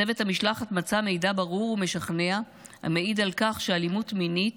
צוות המשלחת מצא מידע ברור ומשכנע המעיד על כך שאלימות מינית,